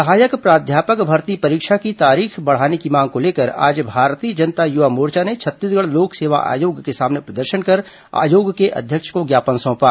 सहायक प्राध्यापक भर्ती परीक्षा की तारीख बढ़ाने की मांग को लेकर आज भारतीय जनता युवा मोर्चा ने छत्तीसगढ़ लोक सेवा आयोग के सामने प्रदर्शन कर आयोग के अध्यक्ष को ज्ञापन सौंपा